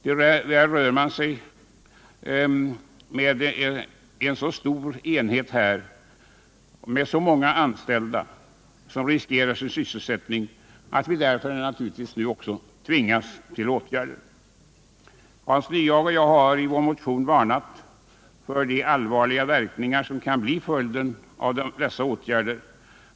Tyvärr rör man sig här med så stora enheter med så många anställda som riskerar sin sysselsättning att vi nu tvingas till åtgärder: Hans Nyhage och jag har i vår motion varnat för de allvarliga verkningar som dessa åtgärder kan få.